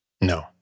No